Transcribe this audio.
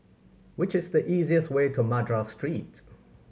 which is the easiest way to Madras Street